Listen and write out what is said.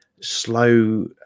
slow